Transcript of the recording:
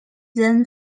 than